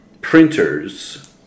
printers